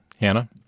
Hannah